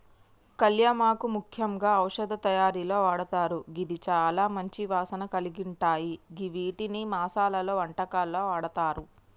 కళ్యామాకు ముఖ్యంగా ఔషధ తయారీలో వాడతారు గిది చాల మంచి వాసన కలిగుంటాయ గివ్విటిని మసాలలో, వంటకాల్లో వాడతారు